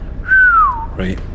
right